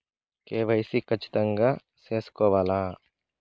KYC ఖచ్చితంగా సేసుకోవాలా